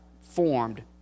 formed